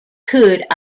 could